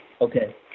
Okay